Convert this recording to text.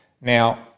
Now